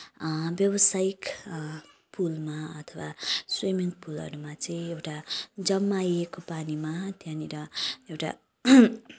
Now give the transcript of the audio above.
व्यवसायिक पुलमा अथवा स्विमिङ पुलहरूमा चाहिँ एउटा जमाएको पानीमा त्यहाँनिर एउटा